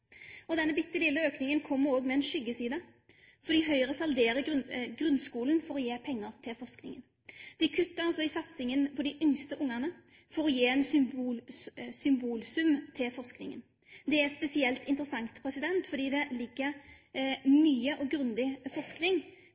Denne bitte lille økningen kommer også med en skyggeside, for Høyre salderer grunnskolen for å gi penger til forskning. De kutter altså i satsingen på de yngste ungene for å gi en symbolsum til forskning. Det er spesielt interessant, for det foreligger mye og grundig forskning